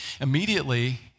Immediately